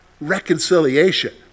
reconciliation